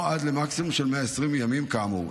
או עד למקסימום של 120 ימים כאמור,